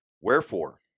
Wherefore